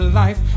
life